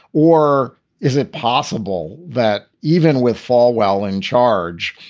or is it possible that even with falwell in charge,